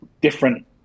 different